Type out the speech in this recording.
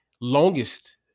longest